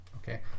Okay